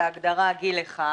היא ההגדרה של "גיל אחד".